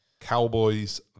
Cowboys